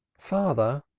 father,